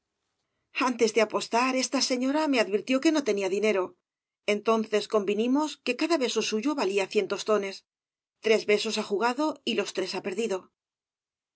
antes de apostar esta señora me advirtió que no tenía dinero entonces convinimos que cada beso suyo valía cien tostones tres besos ha jugado y los tres ha perdido